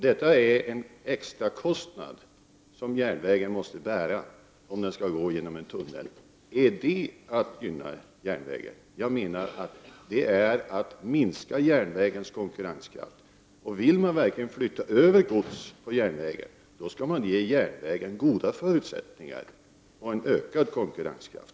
Detta är en extrakostnad som järnvägen måste bära om den skall gå igenom tunneln. Är det att gynna järnvägen? Jag menar att det minskar järnvägens konkurrenskraft. Vill vi verkligen flytta över gods på järnvägen, då skall vi ge järnvägen goda förutsättningar och en ökad konkurrenskraft.